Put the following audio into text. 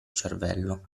cervello